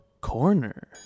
Corner